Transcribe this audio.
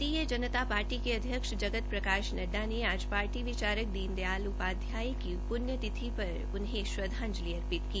भारतीय जनता पार्टी के अध्यक्ष जगत प्रकाश नड्डा ने आज पार्टी के विचारक दीन दयाल उपाध्याय की पुण्यतिथि पर उन्हें श्रद्वांजलि दी